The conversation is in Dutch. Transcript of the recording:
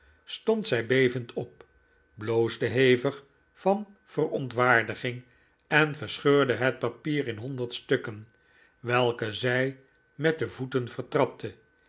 stond zij bevend op bloosde hevig van verontwaardiging en verscheurde het papier in honderd stukken welke zij met de voeten